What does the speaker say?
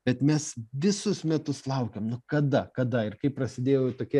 bet mes visus metus laukėm nu kada kada ir kai prasidėjo jau tokie